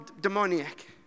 demoniac